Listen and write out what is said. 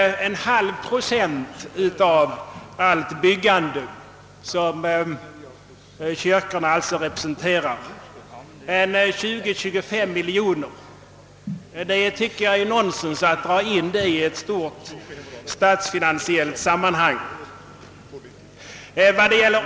Denna halva procent som kyrkorna representerar motsvarar 25 miljoner. Jag tycker det är nonsens att dra in den summan i ett stort statsfinansiellt sammanhang.